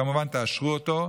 וכמובן תאשרו אותה,